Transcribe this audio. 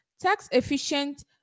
tax-efficient